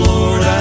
Lord